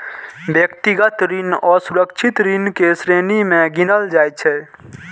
व्यक्तिगत ऋण असुरक्षित ऋण के श्रेणी मे गिनल जाइ छै